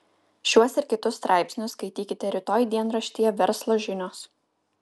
šiuos ir kitus straipsnius skaitykite rytoj dienraštyje verslo žinios